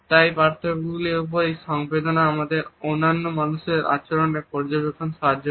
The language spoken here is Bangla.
তাই এই পার্থক্য গুলির উপর এই সংবেদনশীলতা আমাদেরকে অন্যান্য মানুষের আচরণ পর্যবেক্ষণে সাহায্য করে